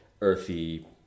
earthy